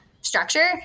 structure